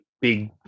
big